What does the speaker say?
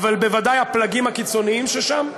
אבל בוודאי הפלגים הקיצוניים ששם,